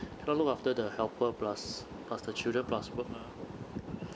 I cannot look after the helper plus plus the children plus work ah